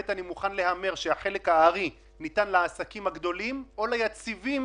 ושנית אני מוכן להמר שחלק הארי ניתן לעסקים הגדולים או ליציבים